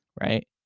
right